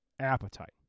appetite